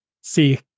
see